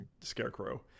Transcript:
Scarecrow